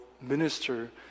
minister